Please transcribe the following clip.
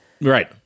Right